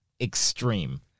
Extreme